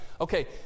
Okay